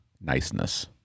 niceness